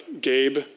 Gabe